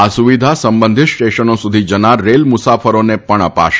આ સુવિધા સંબંધિત સ્ટેશનો સુધી જનાર રેલ મુસાફરોને પણ અપાશે